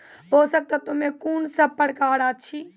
पोसक तत्व मे कून सब प्रकार अछि?